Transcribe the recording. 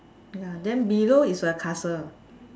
ya then below is a castle